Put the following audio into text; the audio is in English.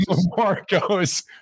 Marcos